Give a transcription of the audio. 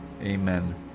amen